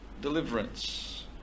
deliverance